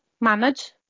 manage